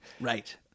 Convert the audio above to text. Right